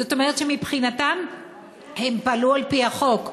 זאת אומרת, מבחינתם הם פעלו על-פי החוק.